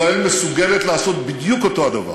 ישראל מסוגלת לעשות בדיוק אותו הדבר.